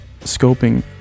scoping